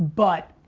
but,